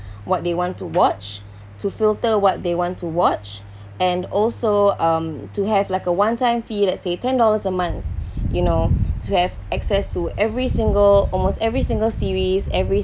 what they want to watch to filter what they want to watch and also um to have like a one time fee let's say ten dollars a month you know to have access to every single almost every single series every